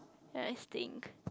and I stink